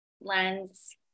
lens